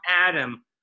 Adam